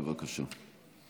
בבקשה.